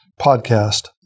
podcast